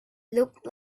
looked